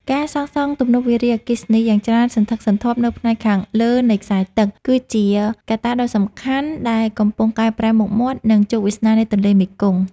ការសាងសង់ទំនប់វារីអគ្គិសនីយ៉ាងច្រើនសន្ធឹកសន្ធាប់នៅផ្នែកខាងលើនៃខ្សែទឹក គឺជាកត្តាដ៏សំខាន់ដែលកំពុងកែប្រែមុខមាត់ និងជោគវាសនានៃទន្លេមេគង្គ។